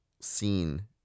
scene